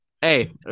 Hey